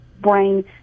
brain